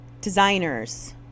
designers